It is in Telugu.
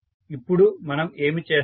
ఇప్పుడు మనం ఏమి చేస్తాం